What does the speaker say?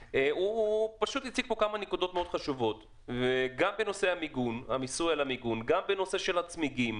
שהציג כמה נקודות מאוד חשובות בנושא המיסוי על המיגון והצמיגים.